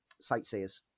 Sightseers